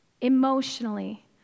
emotionally